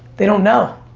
they don't know.